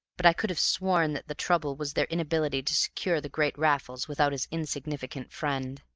but i could have sworn that the trouble was their inability to secure the great raffles without his insignificant friend.